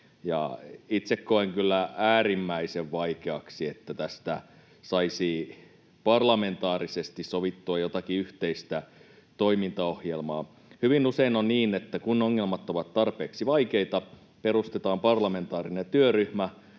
itse koen kyllä äärimmäisen vaikeaksi, että tästä saisi parlamentaarisesti sovittua jotakin yhteistä toimintaohjelmaa. Hyvin usein on niin, että kun ongelmat ovat tarpeeksi vaikeita, perustetaan parlamentaarinen työryhmä,